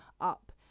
up